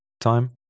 time